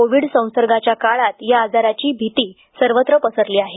Covid संसर्गाच्या काळात या आजाराची भीती सर्वत्र पसरलेली दिसते